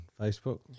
Facebook